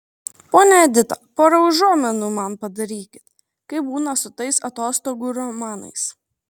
ponia edita pora užuominų man padarykit kaip būna su tais atostogų romanais